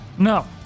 No